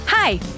Hi